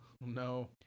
No